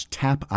tap